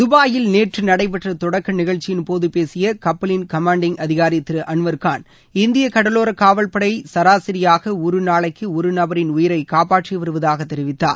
தபாயில் நேற்று நடைபெற்ற தொடக்க நிகழ்ச்சியின்போது பேசிய கப்பலின் கமாண்டிங் அதிகாரி திரு அன்வர்கான் இந்திய கடலோர காவல்பனட சராசரியாக ஒரு நாளைக்கு ஒரு நபரின் உயிரை காப்பாற்றி வருவதாக தெரிவித்தார்